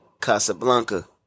Casablanca